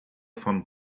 fun